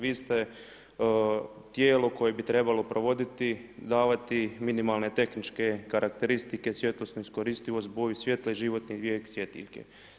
Vi ste tijelo koje bi trebalo provoditi, davati, minimalne tehničke karakteristike, svjetlosne iskoristivost, boju svjetla i životni vijek svjetla.